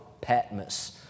Patmos